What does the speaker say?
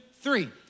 three